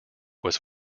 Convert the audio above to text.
was